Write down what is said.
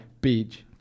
beach